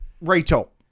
Rachel